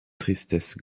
tristesse